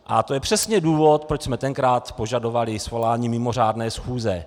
A to je přesně důvod, proč jsme tenkrát požadovali svolání mimořádné schůze.